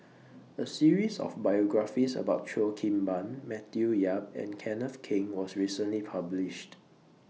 A series of biographies about Cheo Kim Ban Matthew Yap and Kenneth Keng was recently published